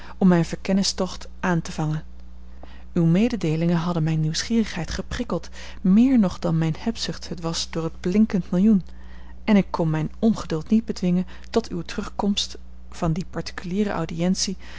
om mijn verkenningstocht aan te vangen uwe mededeelingen hadden mijne nieuwsgierigheid geprikkeld meer nog dan mijne hebzucht het was door het blinkend millioen en ik kon mijn ongeduld niet bedwingen tot uwe terugkomst van die particuliere audiëntie